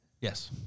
Yes